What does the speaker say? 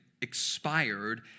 expired